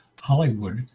Hollywood